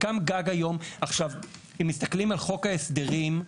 אם מסתכלים על חוק ההסדרים,